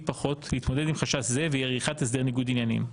פחות להתמודד עם חשש זה והיא עריכת הסדר ניגוד עניינים".